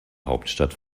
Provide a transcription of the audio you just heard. hauptstadt